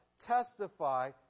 testify